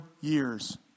years